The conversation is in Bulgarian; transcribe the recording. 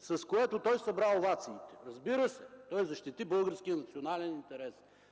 с което той събра овациите. Разбира се, той защити българския национален интерес,